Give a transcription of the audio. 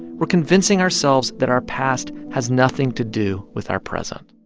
we're convincing ourselves that our past has nothing to do with our present